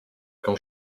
quand